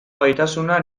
gaitasuna